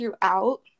throughout